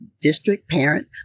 district-parent